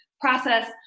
Process